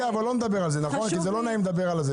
אבל לא נדבר על זה כי לא נעים לדבר על זה.